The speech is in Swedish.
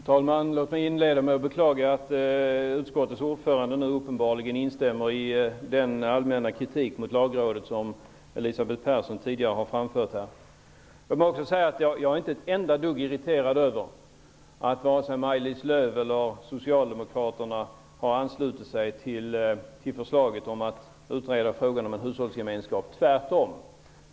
Herr talman! Låt mig inleda med att beklaga att utskottets ordförande nu uppenbarligen instämmer i den allmänna kritik mot Lagrådet som Elisabeth Persson här tidigare har framfört. Jag är inte ett enda dugg irriterad över att vare sig Maj-Lis Lööw eller övriga socialdemokrater har anslutit sig till förslaget om att utreda frågan om en hushållsgemenskap, tvärtom.